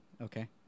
okay